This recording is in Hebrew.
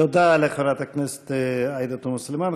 תודה לחברת הכנסת עאידה תומא סלימאן.